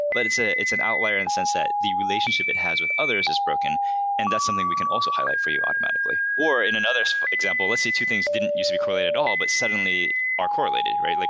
but it's ah it's an outlier in the sense that the relationship it has with others is broken and that's something we can also highlight for you automatically. or in another example, let's say two things didn't used to be correlated at all, but suddenly are correlated, right? like